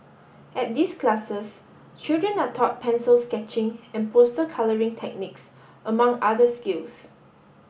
at these classes children are taught pencil sketching and poster colouring techniques among other skills